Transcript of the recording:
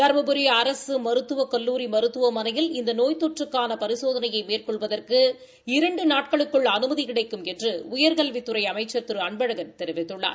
தருமபுரி அரசு மருத்துவக் கல்லூரி மருத்துவமனையில் இந்த நோய் தொற்றுக்கான பரிசோதனையை மேற்கொள்வதற்கு இரண்டு நாட்களுக்குள் அனுமதி கிடைக்கும் என்று உயர்கல்வித்துறை அமைச்சர் திரு அன்பழகன் தெரிவித்துள்ளார்